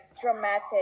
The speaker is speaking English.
dramatic